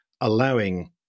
allowing